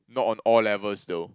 not on all levels though